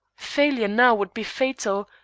failure now would be fatal.